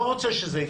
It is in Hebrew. לא רוצה שזה יקרה.